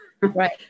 Right